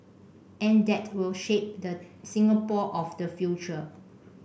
and that will shape the Singapore of the future